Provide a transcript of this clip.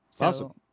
Awesome